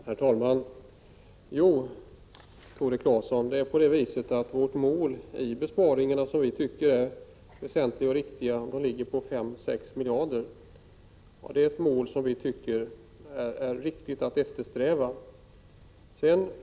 Herr talman! Vårt mål, Tore Claeson, för besparingar som är väsentliga och riktiga är 5—6 miljarder. Det målet tycker vi är riktigt.